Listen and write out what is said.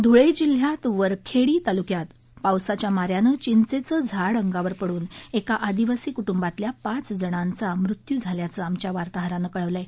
धुळे जिल्ह्यात वरखेडी तालुक्यात पावसाच्या माऱ्यानं चिंचेचं झाड अंगावर पडून एका आदिवासी कु ्वितल्या पाच जणांचा मृत्यू झाल्याचं आमच्या वार्ताहरानं कळवलं आहे